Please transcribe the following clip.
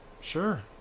Sure